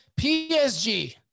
PSG